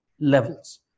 levels